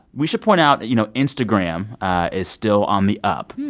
we should point out that, you know, instagram is still on the up.